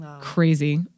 Crazy